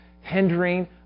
hindering